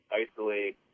isolate